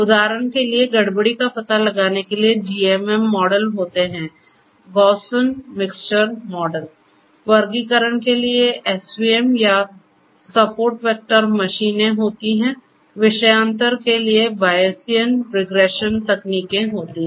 उदाहरण के लिए गड़बड़ी का पता लगाने के लिए GMM मॉडल होते हैं गौसेन मिक्सचर मॉडल वर्गीकरण के लिए SVM या सपोर्ट वेक्टर मशीनें होती हैं विषयांतर के लिए बायेसियन रिग्रेशन तकनीकें होती हैं